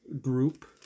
group